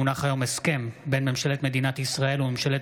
הונח היום הסכם בין ממשלת מדינת ישראל לממשלת